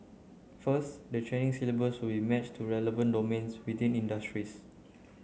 first the training syllabus will match to relevant domains within industries